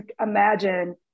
imagine